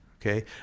okay